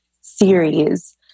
series